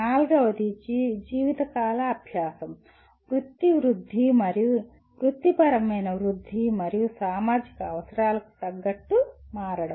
నాల్గవది జీవితకాల అభ్యాసం వృత్తి వృద్ధి మరియు వృత్తిపరమైన వృద్ధి మరియు సామాజిక అవసరాలకు తగ్గట్టు మారడం